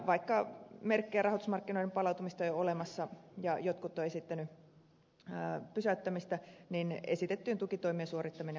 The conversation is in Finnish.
vaikka merkkejä rahoitusmarkkinoiden palautumisesta on jo olemassa ja jotkut ovat esittäneet toimien pysäyttämistä niin esitettyjen tukitoimien suorittaminen on ihan perusteltua